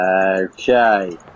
Okay